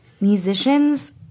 musicians